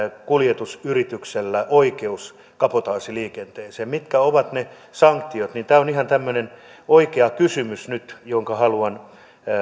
kuljetusyrityksellä oikeus kabotaasiliikenteeseen mitkä ovat ne sanktiot tämä on ihan tämmöinen oikea kysymys nyt jonka vastauksen haluan